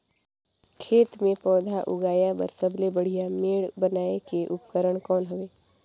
खेत मे पौधा उगाया बर सबले बढ़िया मेड़ बनाय के उपकरण कौन हवे?